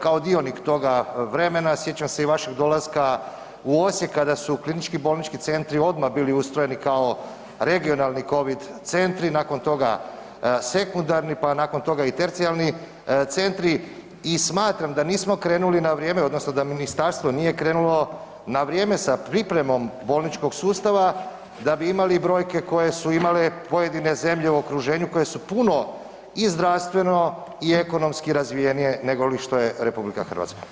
Kao dionik toga vremena, sjećam se i vašeg dolaska u Osijek kada su u KBC-i odmah bili ustrojeni kao regionalni covid centri, nakon toga sekundarni, pa nakon toga i tercijarni centri i smatram da nismo krenuli na vrijeme odnosno da ministarstvo nije krenulo na vrijeme sa pripremom bolničkog sustava da bi imali brojke koje su imale pojedine zemlje u okruženju koje su puno i zdravstveno i ekonomski razvijenije nego li što je RH.